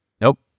Nope